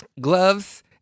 gloves